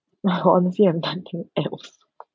honestly I have nothing else